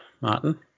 Martin